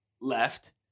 left